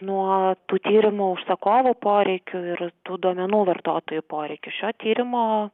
nuo tų tyrimo užsakovo poreikių ir tų duomenų vartotojų poreikių šio tyrimo